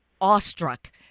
awestruck